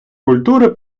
культури